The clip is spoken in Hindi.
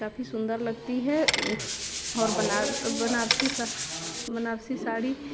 काफी सुन्दर लगती है और बना बनारसी बनारसी साड़ी